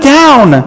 down